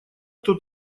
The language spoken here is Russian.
кто